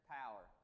power